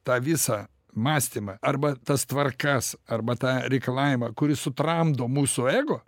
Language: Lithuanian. tą visą mąstymą arba tas tvarkas arba tą reikalavimą kuris sutramdo mūsų ego